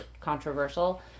controversial